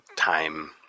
time